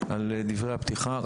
על דברי הפתיחה.